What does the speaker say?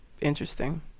interesting